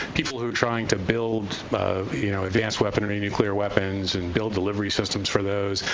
people who are trying to build um you know advanced weaponry, nuclear weapons, and build delivery systems for those,